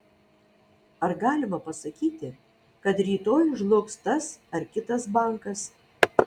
ar galima pasakyti kad rytoj žlugs tas ar kitas bankas